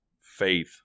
faith